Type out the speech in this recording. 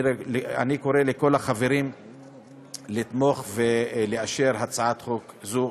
אני קורא לכל החברים לתמוך ולאשר הצעת חוק זו.